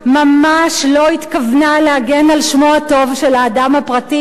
ממש לא התכוונו להגן על שמו הטוב של האדם הפרטי.